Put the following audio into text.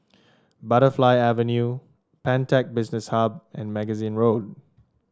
Butterfly Avenue Pantech Business Hub and Magazine Road